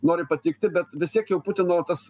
nori patikti bet vistiek jau putino tas